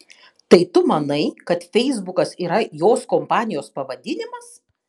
tai tu manai kad feisbukas yra jos kompanijos pavadinimas